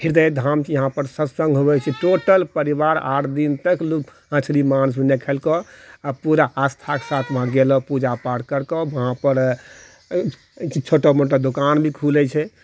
ह्रदयधाम छै यहाँपर सतसङ्ग हुवै छै टोटल परिवार आठ दिन तक लोग मछली माउस नहि खेलको आओर पूरा आस्थाके साथ वहाँ गेलो पूजा पाठ केलको वहाँपर छोटा मोटा दोकान भी खुलै छै